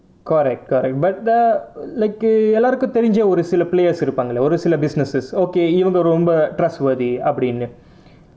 correct correct but ah like uh எல்லாருக்கும் தெரிஞ்சா ஒரு சில:ellarukkum therinjaa oru sila players இருப்பாங்களே ஒரு சில:iruppaangalae oru sila businesses okay இவங்க ரொம்ப:ivanga romba trustworthy அப்படினு:appadinu